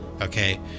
okay